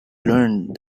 learned